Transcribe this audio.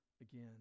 again